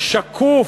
שקוף,